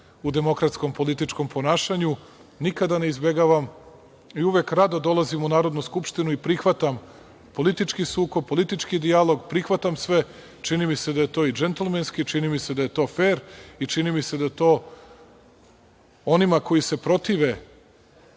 u demokratskom, političkom ponašanju. Nikada ne izbegavam i uvek rado dolazim u Narodnu skupštinu i prihvatam politički sukob, politički dijalog, prihvatam sve. Čini mi se da je to i džentlmenski, čini mi se da je to fer i čini mi se da to onima koji se protive